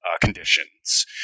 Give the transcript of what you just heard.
Conditions